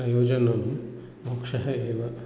प्रयोजनं मोक्षः एव